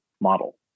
model